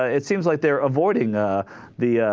ah it seems like they're avoiding a the ah.